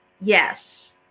yes